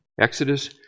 Exodus